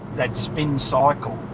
that spin cycle.